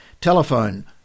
Telephone